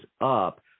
up